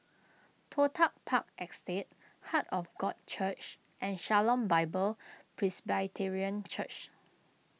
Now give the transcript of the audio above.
Toh Tuck Park Estate Heart of God Church and Shalom Bible Presbyterian Church